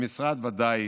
המשרד ודאי